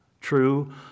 true